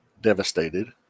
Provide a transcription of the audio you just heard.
devastated